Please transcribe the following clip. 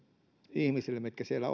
ihmisille jotka siellä